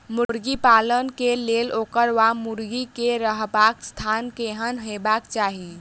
मुर्गी पालन केँ लेल ओकर वा मुर्गी केँ रहबाक स्थान केहन हेबाक चाहि?